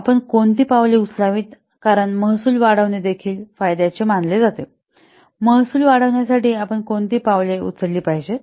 आपण कोणती पावले उचलावीत कारण महसूल वाढविणे देखील फायद्याचे मानले जाते महसूल वाढवण्यासाठी आपण कोणती पावले उचलली पाहिजेत